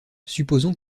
supposons